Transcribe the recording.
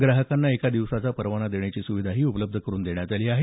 ग्राहकांना एक दिवसाचा परवाना देण्याची सुविधाही उपलब्ध करून देण्यात आली आहे